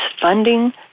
funding